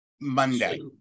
Monday